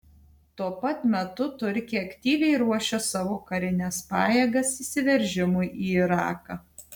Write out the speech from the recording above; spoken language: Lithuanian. tuo pat metu turkija aktyviai ruošia savo karines pajėgas įsiveržimui į iraką